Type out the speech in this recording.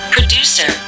Producer